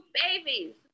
babies